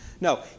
No